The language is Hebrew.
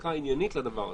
ההצדקה העניינית לדבר הזה?